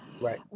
right